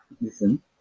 listen